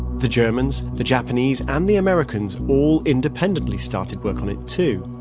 the germans, the japanese, and the americans all independently started work on it, too.